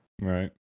Right